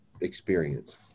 experience